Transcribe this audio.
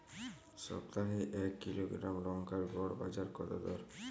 সপ্তাহে এক কিলোগ্রাম লঙ্কার গড় বাজার দর কতো?